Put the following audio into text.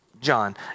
John